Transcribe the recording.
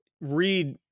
read